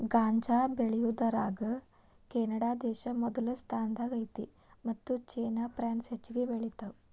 ಗಾಂಜಾ ಬೆಳಿಯುದರಾಗ ಕೆನಡಾದೇಶಾ ಮೊದಲ ಸ್ಥಾನದಾಗ ಐತಿ ಮತ್ತ ಚೇನಾ ಪ್ರಾನ್ಸ್ ಹೆಚಗಿ ಬೆಳಿತಾವ